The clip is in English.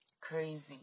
Crazy